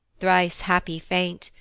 thrice happy saint!